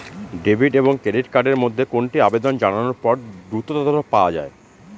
Debit এবং credit card এর মধ্যে কোনটি আবেদন জানানোর পর দ্রুততর পাওয়া য়ায়?